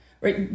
right